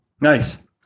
nice